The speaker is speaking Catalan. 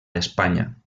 espanya